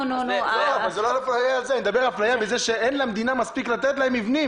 אני מדבר אפליה בזה שאין למדינה מספיק לתת להם מבנים,